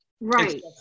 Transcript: Right